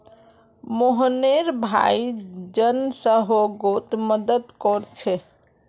मोहनेर भाई जन सह्योगोत मदद कोरछे